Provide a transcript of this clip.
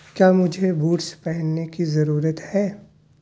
کیا مجھے بوٹس پہننے کی ضرورت ہے